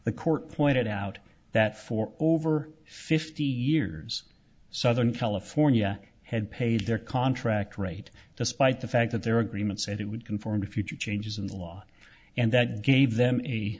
the court pointed out that for over fifty years southern california had paid their contract rate despite the fact that their agreement said it would conform to future changes in the law and that gave them a